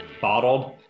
bottled